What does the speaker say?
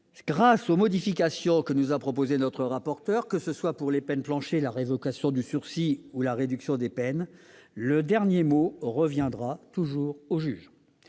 Grâce aux modifications de notre rapporteur, que ce soit pour les peines planchers, la révocation du sursis ou la réduction des peines, le dernier mot reviendra toujours au juge.